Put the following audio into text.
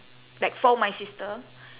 like for my sister